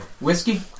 whiskey